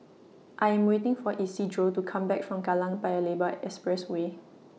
I Am waiting For Isidro to Come Back from Kallang Paya Lebar Expressway